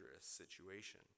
situation